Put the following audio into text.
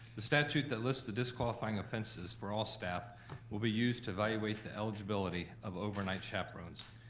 the statute that lists the disqualifying offenses for all staff will be used to evaluate the eligibility of overnight chaperones.